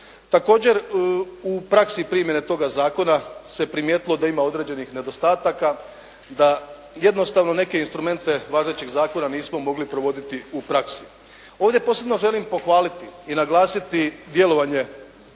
Također u praksi primjene toga zakona se primijetilo da ima određenih nedostataka, da jednostavno neke instrumente važećih zakona nismo mogli provoditi u praksi. Ovdje posebno želim pohvaliti i naglasiti djelovanje